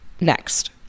Next